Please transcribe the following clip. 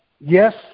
yes